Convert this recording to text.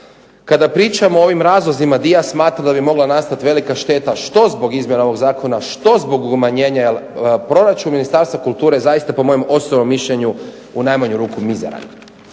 Kada pričamo o ovim razlozima di ja smatram da bi mogla nastati velika šteta što zbog izmjena ovog zakona, što zbog umanjenja. Jer proračun Ministarstva kulture je zaista po mom osobnom mišljenju u najmanju ruku mizeran.